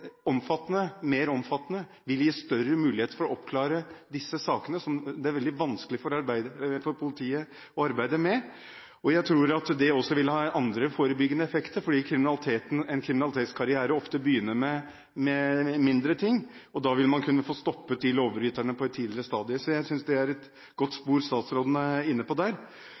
omfattende, vil gi større mulighet for å oppklare disse sakene, som er veldig vanskelige å arbeide med for politiet. Jeg tror at det også vil ha andre forebyggende effekter, fordi en kriminalitetskarriere ofte begynner med mindre ting, og da vil man kunne få stoppet lovbryterne på et tidligere stadium. Jeg synes det er et godt spor statsråden er inne på der.